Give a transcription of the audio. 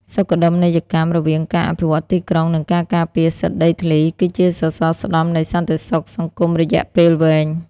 សុខដុមនីយកម្មរវាងការអភិវឌ្ឍទីក្រុង និងការការពារសិទ្ធិដីធ្លី គឺជាសសរស្តម្ភនៃសន្តិសុខសង្គមរយៈពេលវែង។